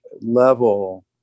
level